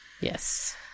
Yes